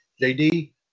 JD